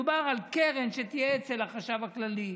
מדובר על קרן שתהיה אצל החשב הכללי,